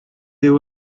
there